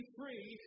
free